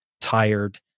tired